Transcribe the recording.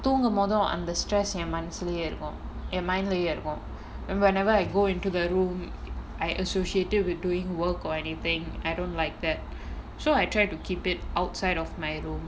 தூங்குபோது அந்த:thoongupothu antha stress என் மனசுலயே இருக்கு என்:en manasulayae irukku en mind லயே இருக்கு:layae irukku whenever I go into the room I associated with doing work or anything I don't like that so I tried to keep it outside of my room